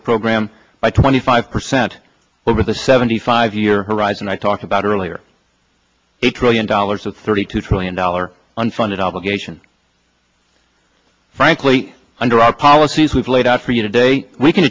the program by twenty five percent over the seventy five year horizon i talked about earlier a trillion dollars or thirty two trillion dollars unfunded obligation frankly under our policies we've laid out for you today we can